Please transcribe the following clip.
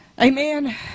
Amen